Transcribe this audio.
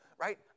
right